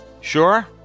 Sure